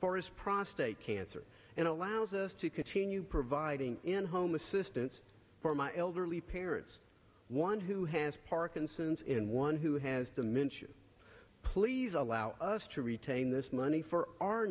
his prostate cancer and allows us to continue providing in home assistance for my elderly parents one who has parkinson's in one who has dementia please allow us to retain this money for our